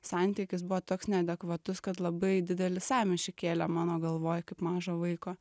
santykis buvo toks neadekvatus kad labai didelį sąmyšį kėlė mano galvoj kaip mažo vaiko